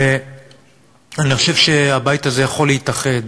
ואני חושב שהבית הזה יכול להתאחד